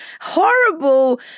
horrible